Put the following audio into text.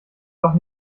doch